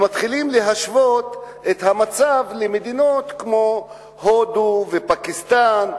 ומתחילים להשוות את המצב למדינות כמו הודו ופקיסטן.